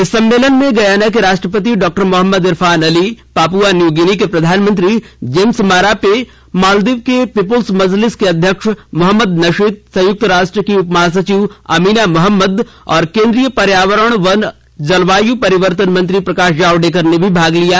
इस सम्मेलन में गयाना के राष्ट्रपति doctor Mohamed Irfaan Ali Papua New Guinea के प्रधानमंत्री जेम्स मारापे मॉलदीव की पीपुल्स मजलिस के अध्यक्ष मोहम्मद नशीद संयुक्त राष्ट्र की उप महासचिव अमिना मोहम्मद और कोन्द्रीय पर्यावरण वन और जलवायु परिवर्तन मंत्री प्रकाश जावड़ेकर ने भी भाग लिया